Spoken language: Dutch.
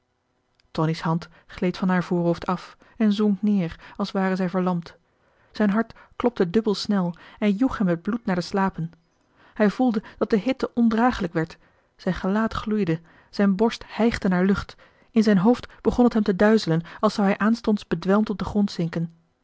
wezen tonie's hand gleed van haar voorhoofd af en zonk neer als ware zij verlamd zijn hart klopte dubbel snel en joeg hem het bloed naar de slapen hij voelde dat de hitte ondragelijk werd zijn gelaat gloeide zijn borst hijgde naar lucht in zijn hoofd begon t hem te duizelen als zou hij aanstonds bedwelmd op den grond zinken